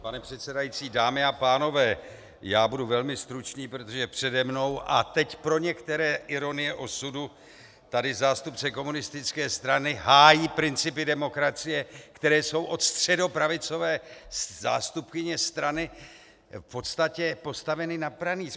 Pane předsedající, dámy a pánové, já budu velmi stručný, protože přede mnou a teď pro některé ironie osudu tady zástupce komunistické strany hájí principy demokracie, které jsou od středopravicové zástupkyně strany v podstatě postaveny na pranýř.